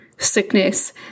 sickness